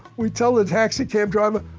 we tell the taxi cab driver,